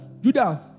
Judas